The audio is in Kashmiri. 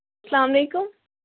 اسلامُ علیکُم